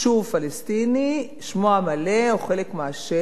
יישוב פלסטיני, שמו המלא, או חלק מהשם,